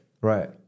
right